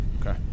Okay